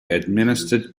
administered